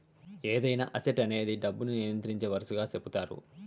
ఏదైనా అసెట్ అనేది డబ్బును నియంత్రించే వనరుగా సెపుతారు